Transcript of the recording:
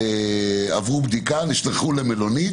עברו בדיקה ונשלחו למלונית.